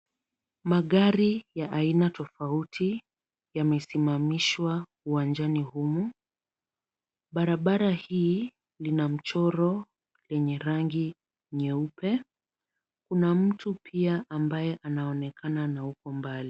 Magari ya aina tofauti yamesimamishwa uwanjani humu. Barabara hii lina mchoro lenye rangi nyeupe. Kuna mtu pia ambaye anaonekana na huko mbali.